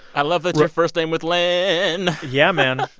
i love that you're first name with lin yeah, man.